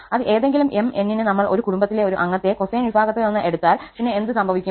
അത് ഏതെങ്കിലും 𝑚 𝑛 ന് നമ്മൾ ഒരു കുടുംബത്തിലെ ഒരു അംഗത്തെ കൊസൈൻ വിഭാഗത്തിൽ നിന്ന് എടുത്താൽ പിന്നെ എന്ത് സംഭവിക്കും